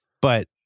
but-